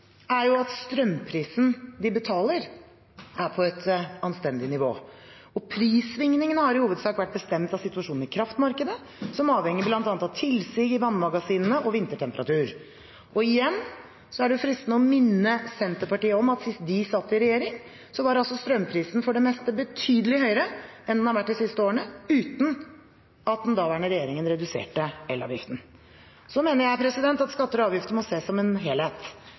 er at strømprisen de betaler, er på et anstendig nivå. Prissvingningene har i hovedsak vært bestemt av situasjonen i kraftmarkedet, som avhenger av bl.a. tilsig i vannmagasinene og vintertemperatur. Igjen er det jo fristende å minne Senterpartiet om at sist de satt i regjering, var altså strømprisen for det meste betydelig høyere enn den har vært de siste årene – uten at den daværende regjeringen reduserte elavgiften. Jeg mener at skatter og avgifter må ses som en helhet.